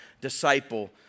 disciple